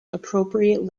appropriate